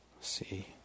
See